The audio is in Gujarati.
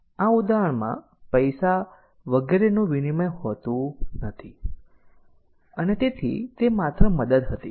આ ઉદાહરણમાં પૈસા વગેરેનું વિનિમય નહોતું અને તેથી તે માત્ર મદદ હતી